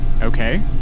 Okay